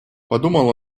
подумал